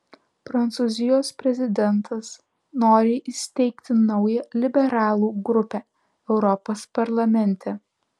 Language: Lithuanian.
prancūzijos prezidentas nori įsteigti naują liberalų grupę europos parlamente